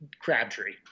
Crabtree